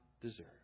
deserve